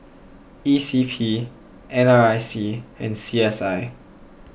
E C P N R I C and C S I